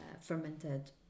fermented